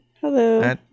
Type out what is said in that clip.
Hello